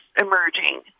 emerging